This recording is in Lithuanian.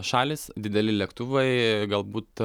šalys dideli lėktuvai galbūt